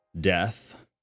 death